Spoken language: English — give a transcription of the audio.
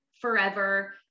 forever